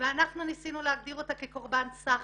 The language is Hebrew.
וניסינו להגדיר אותה כקורבן סחר,